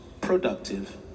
productive